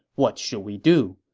what should we do?